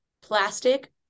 plastic